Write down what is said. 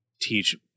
teach